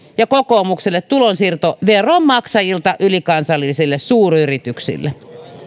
ja kokoomukselle tulonsiirto veronmaksajilta ylikansallisille suuryrityksille